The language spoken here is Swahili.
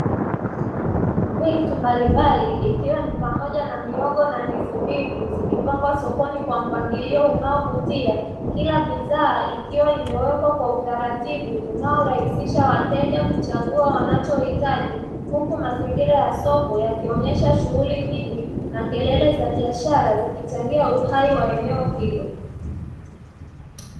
Vitu mbali mbali ikiwa ni pamoja na mihogo na ndizi mbivu zimepangwa sokoni kwa mpangilio unaovutia kila bidhaa ikiwa imewekwa kwa utaratibu unaorahisisha wateja kuchagua wanachohitaji, huku mazingira ya soko yakionyesha shughuli nyingi na kelele za biashara zikichangia uhai wa eneo hilo.